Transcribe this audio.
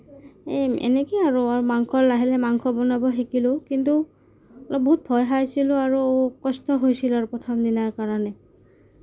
এই এনেকেই আৰু মাংস লাহে লাহে মাংস বনাব শিকিলোঁ কিন্তু বহুত ভয় খাইছিলোঁ আৰু কষ্ট হৈছিল আৰু প্ৰথম দিনাৰ কাৰণে